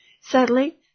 Sadly